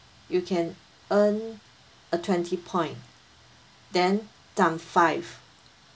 you can earn a twenty point then times five